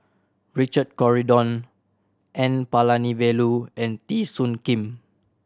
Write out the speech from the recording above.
Richard Corridon N Palanivelu and Teo Soon Kim